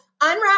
Unwrap